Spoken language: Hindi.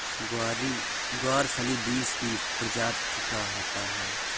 ग्वारफली बींस की प्रजाति का होता है